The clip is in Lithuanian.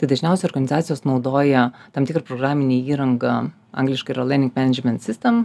tai dažniausiai organizacijos naudoja tam tikrą programinę įrangą angliškai yra learning management system